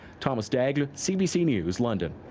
thomas daigle, cbc news, london.